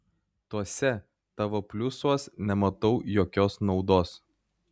tuose tavo pliusuos nematau jokios naudos